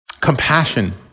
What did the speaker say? Compassion